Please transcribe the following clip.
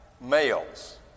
males